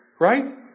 Right